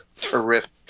terrific